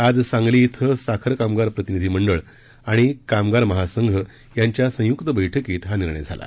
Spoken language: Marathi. आज सांगली साखर कामगार प्रतिनिधी मंडळ आणि कामगार महासंघ यांच्या संयुक्त बैठकीत हा निर्णय घेण्यात आला